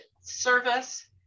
service